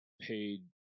paid